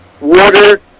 Water